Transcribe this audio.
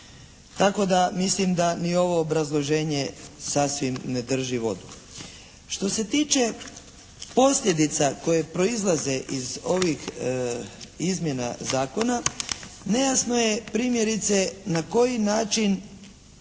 tako da mislim da ni ovo obrazloženje sasvim ne drži vodu. Što se tiče posljedica koje proizlaze iz ovih izmjena Zakona nejasno je primjerice na koji način